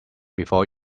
before